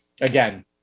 again